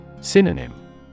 Synonym